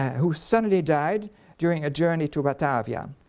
who suddenly died during a journey to batavia.